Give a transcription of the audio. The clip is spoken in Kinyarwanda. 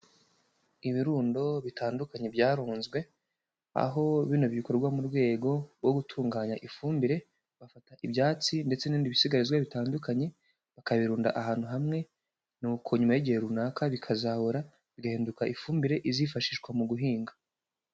Ibirundo bitandukanye byarunzwe, aho bino bikorwa mu rwego rwo gutunganya ifumbire, bafata ibyatsi ndetse n'ibindi bisigarizwa bitandukanye bakabirunda ahantu hamwe, nuko nyuma y'igihe runaka bikazabora, bigahinduka ifumbire izifashishwa mu guhinga.